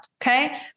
okay